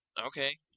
Okay